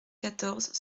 quatorze